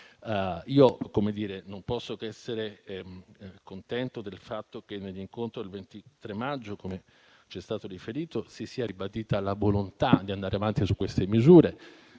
Non posso che essere contento del fatto che nell'incontro del 23 maggio - come ci è stato riferito - si sia ribadita la volontà di andare avanti su queste misure,